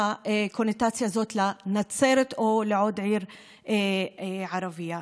הקונוטציה של השם נצרת או של עיר ערבית אחת.